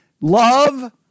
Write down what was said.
love